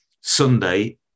Sunday